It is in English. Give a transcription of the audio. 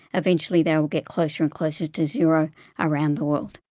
eventually they will get closer and closer to zero around the world?